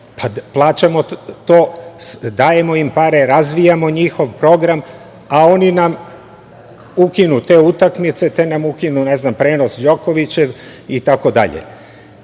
Plaćamo, dajemo im pare, razvijamo njihov program, a oni nam ukinu te utakmice, te nam ukinu prenos Đokovića itd.